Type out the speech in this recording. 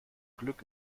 glück